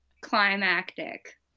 climactic